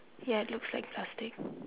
ya it looks like plastic